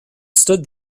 stood